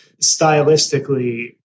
Stylistically